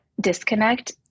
disconnect